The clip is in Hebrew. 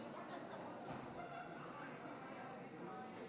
אני קובע כי ההצעה לא